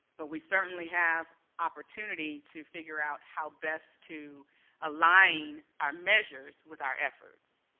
but we certainly have opportunity to figure out how best to align our measures with our efforts.